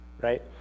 right